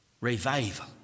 Revival